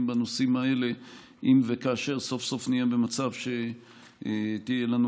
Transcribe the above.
בנושאים האלה אם וכאשר סוף-סוף נהיה במצב שתהיה לנו